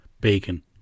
Bacon